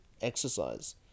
exercise